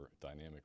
dynamic